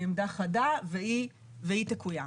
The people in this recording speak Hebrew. היא עמדה חדה והיא תקוים,